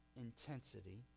intensity